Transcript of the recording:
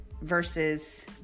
versus